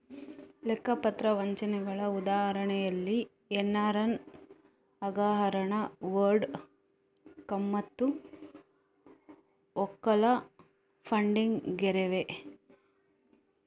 ಲೆಕ್ಕ ಪತ್ರ ವಂಚನೆಗಳ ಉದಾಹರಣೆಗಳಲ್ಲಿ ಎನ್ರಾನ್ ಹಗರಣ, ವರ್ಲ್ಡ್ ಕಾಮ್ಮತ್ತು ಓಕಾಲಾ ಫಂಡಿಂಗ್ಸ್ ಗೇರಿವೆ